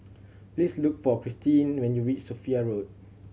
please look for Christeen when you reach Sophia Road